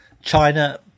China